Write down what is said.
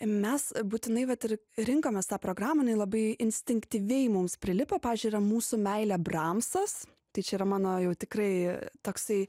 mes būtinai vat ir rinkomės tą programą jinai labai instinktyviai mums prilipo pavyzdžiui yra mūsų meilė bramsas tai čia yra mano jau tikrai toksai